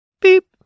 Beep